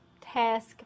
task